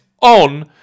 On